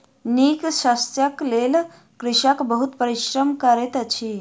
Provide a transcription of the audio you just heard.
नीक शस्यक लेल कृषक बहुत परिश्रम करैत अछि